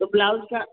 तो ब्लाउज का